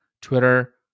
Twitter